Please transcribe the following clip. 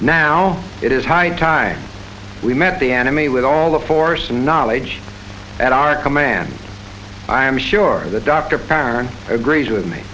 now it is high time we met the enemy with all the force and knowledge at our command i am sure the doctor parent agrees with me